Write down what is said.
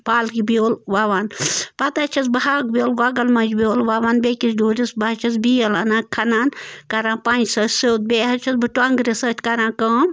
پالکہِ بیول وَوان پتہٕ حظ چھَس بہٕ ہاکہٕ بیول گۄگل منٛجہٕ بیول وَوان بیٚیہِ کِس ڈوٗرس بہٕ حظ چھَس بیل اَنان کھنان کَران پنٛجہٕ سۭتۍ سیوٚد بیٚیہِ حظ چھَس بہٕ ٹۄنٛگرِ سۭتۍ کَران کٲم